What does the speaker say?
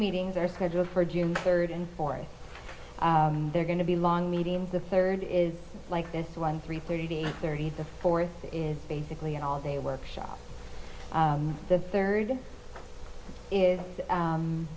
meetings are scheduled for june third and fourth they're going to be long medium the third is like this one three thirty eight thirty the fourth is basically an all day workshop the third is